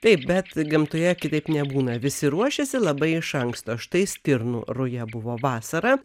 taip bet gamtoje kitaip nebūna visi ruošiasi labai iš anksto štai stirnų ruja buvo vasarą